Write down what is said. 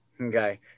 Okay